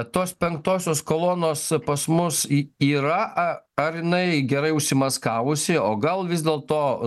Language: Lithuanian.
tos penktosios kolonos pas mus ji yra a ar jinai gerai užsimaskavusi o gal vis dėlto